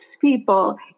people